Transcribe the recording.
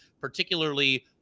particularly